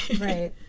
Right